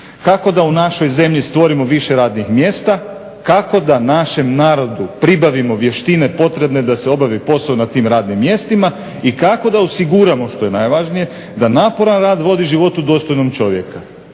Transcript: Kako da u našoj zemlji stvorimo više radnih mjesta, kako da našem narodu pribavimo vještine potrebne da se obavi posao nad tim radnim mjestima. I kako da osiguramo što je najvažnije da naporan rad vodi životu dostojnom čovjeka.